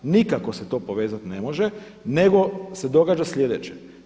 Nikako se to povezat ne može, nego se događa sljedeće.